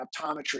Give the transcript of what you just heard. optometry